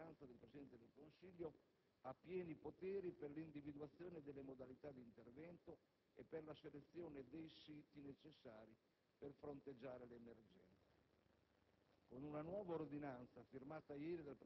Il prefetto De Gennaro, nominato con ordinanza del Presidente del Consiglio, ha pieni poteri per l'individuazione delle modalità d'intervento e per la selezione dei siti necessari per fronteggiare l'emergenza.